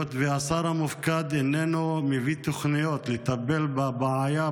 והיות שהשר המופקד איננו מביא תוכניות לטפל בבעיה,